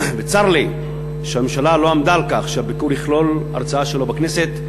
וצר לי שהממשלה לא עמדה על כך שהביקור יכלול הרצאה שלו בכנסת,